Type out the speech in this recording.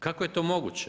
Kako je to moguće?